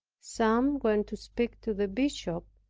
some went to speak to the bishop,